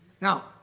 Now